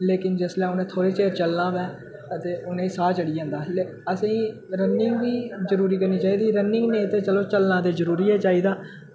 लेकिन जिसलै उ'ने थोह्ड़े चिर चलना होवै ते उनें साह् चढ़ी जंदा लेक असें रनिंग बी जरुरी करनी चाहिदी रनिंग नेईं ते चलो चलना ते जरूरी गै चाहिदा